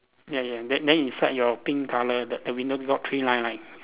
ya ya then then inside your pink colour the the window got three line right